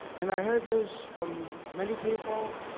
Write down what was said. and i heard this from many people.